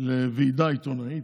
לוועידה עיתונאית?